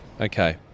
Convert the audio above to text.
Okay